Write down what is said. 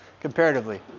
comparatively